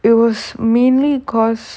it was mainly because